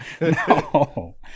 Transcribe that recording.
No